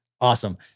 awesome